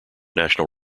national